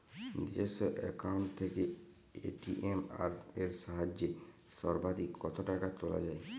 নিজস্ব অ্যাকাউন্ট থেকে এ.টি.এম এর সাহায্যে সর্বাধিক কতো টাকা তোলা যায়?